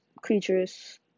creatures